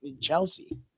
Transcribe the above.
Chelsea